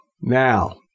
now